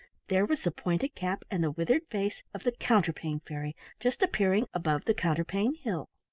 there was the pointed cap and the withered face of the counterpane fairy just appearing above the counterpane hill.